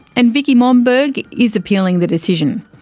and vicky momberg is appealing the decision.